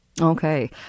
Okay